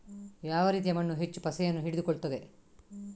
ಯಾವ ರೀತಿಯ ಮಣ್ಣು ಹೆಚ್ಚು ಪಸೆಯನ್ನು ಹಿಡಿದುಕೊಳ್ತದೆ?